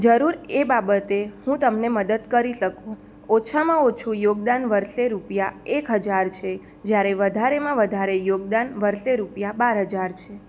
જરૂર એ બાબતે હું તમને મદદ કરી શકું ઓછામાં ઓછું યોગદાન વર્ષે રૂપિયા એક હજાર છે જયારે વધારેમાં વધારે યોગદાન વર્ષે રૂપિયા બાર હજાર છે